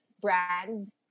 brand